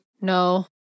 no